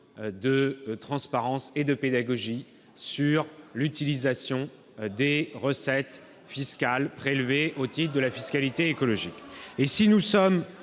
de transparence et de pédagogie s'agissant de l'utilisation des recettes fiscales prélevées au titre de la fiscalité écologique.